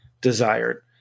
desired